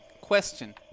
Question